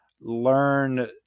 learn